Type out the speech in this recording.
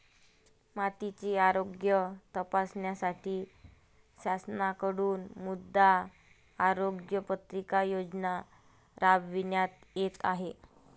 मातीचे आरोग्य तपासण्यासाठी शासनाकडून मृदा आरोग्य पत्रिका योजना राबविण्यात येत आहे